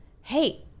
hey